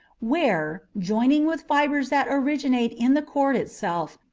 where, joining with fibres that originate in the cord itself,